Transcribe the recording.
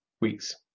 weeks